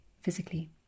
physically